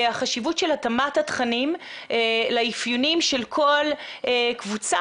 החשיבות של התאמת התכנים לאפיונים של כל קבוצה.